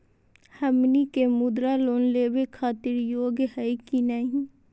हमनी के मुद्रा लोन लेवे खातीर योग्य हई की नही?